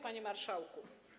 Panie Marszałku!